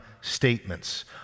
statements